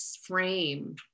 frame